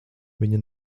viņa